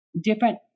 Different